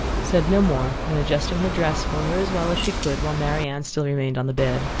said no more and adjusting her dress for her as well as she could, while marianne still remained on the bed,